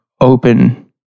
open